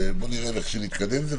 נתחיל להתקדם עם זה,